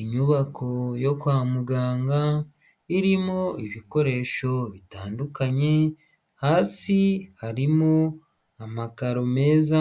Inyubako yo kwa muganga irimo ibikoresho bitandukanye, hasi harimo amakaro meza